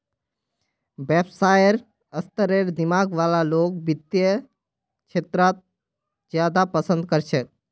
व्यवसायेर स्तरेर दिमाग वाला लोग वित्तेर क्षेत्रत ज्यादा पसन्द कर छेक